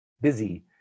busy